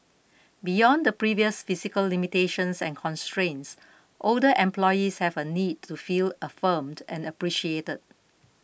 beyond the previous physical limitations and constraints older employees have a need to feel affirmed and appreciated